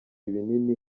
ibinini